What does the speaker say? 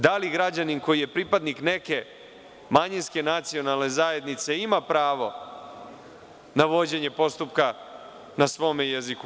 Da li građanin koji je pripadnik neke manjinske nacionalne zajednice ima pravo na vođenje postupka na svom jeziku?